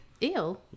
Ew